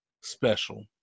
special